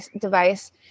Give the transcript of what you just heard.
device